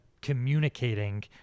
communicating